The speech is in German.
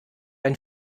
ein